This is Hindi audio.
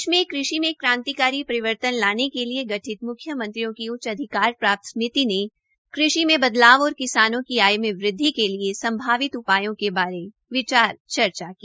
देश में कृषि में क्रांतिकारी परिवर्तन लाने के लिये गठित मुख्य मंत्रियों के उच्च अधिकार प्राप्त समिति ने कृषि में बदलाव और किसानों की आय में वृद्वि करने के लिये संभावित उपायों के बारे विचार चर्चा की